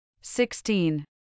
Sixteen